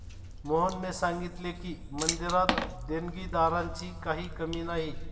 मोहनने सांगितले की, मंदिरात देणगीदारांची काही कमी नाही